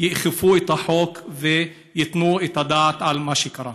יאכפו את החוק וייתנו את הדעת על מה שקרה.